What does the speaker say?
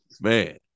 man